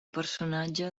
personatge